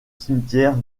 cimetière